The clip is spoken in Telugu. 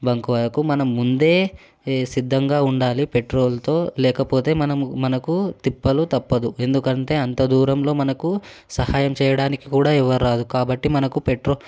బంకు వరకు మనం ముందే సిద్ధంగా ఉండాలి పెట్రోల్తో లేకపోతే మనం మనకు తిప్పలు తప్పదు ఎందుకంటే అంత దూరంలో మనకు సహాయం చేయడానికి కూడా ఎవరు రారు కాబట్టి మనకు పెట్రోల్